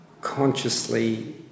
consciously